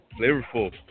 flavorful